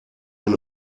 den